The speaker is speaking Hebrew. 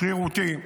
שרירותי.